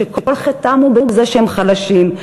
שכל חטאם הוא שהם חלשים,